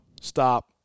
stop